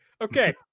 Okay